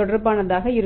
தொடர்பானதாக இருக்கும்